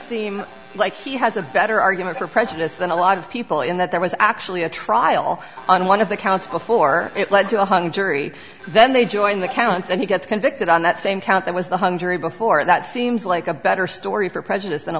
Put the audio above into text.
seem like he has a better argument for prejudice than a lot of people in that there was actually a trial on one of the counts before it lead to a hung jury then they join the counts and he gets convicted on that same count that was the hung jury before that seems like a better story for prejudice than a